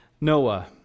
Noah